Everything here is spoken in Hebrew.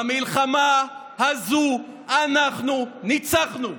במלחמה הזאת אנחנו ניצחנו.